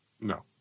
no